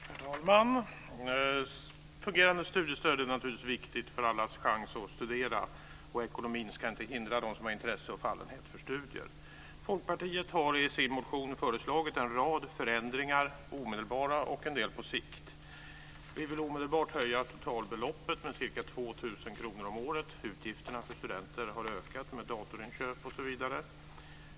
Fru talman! Ett fungerande studiestöd är naturligtvis viktigt för att alla ska ha en chans att studera. Ekonomin ska inte hindra dem som har intresse och fallenhet för studier. Folkpartiet har i sin motion föreslagit en rad förändringar, en del omedelbara och en del på sikt. Vi vill omedelbart höja totalbeloppet med ca 2 000 kr om året. Utgifterna för studenter har ökat med datorinköp osv.